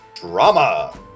drama